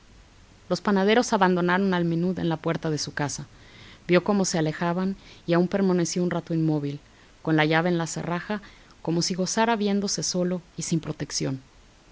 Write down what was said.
los panaderos abandonaron al menut en la puerta de su casa vio cómo se alejaban y aún permaneció un rato inmóvil con la llave en la cerraja como si gozara viéndose solo y sin protección